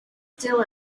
still